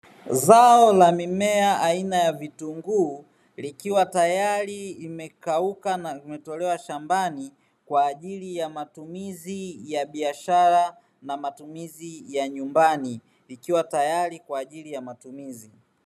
Zao la mimea aina ya vitu guu likiwa tayari imekauka na imetolewa shambani kwa ajili ya matumizi ya biashara na matumizi ya nyumbani. Ikiwa tayari kwa ajili ya matumizi.